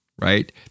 Right